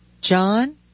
John